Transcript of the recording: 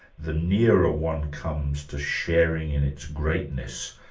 the nearer ah one comes to sharing in its greatness.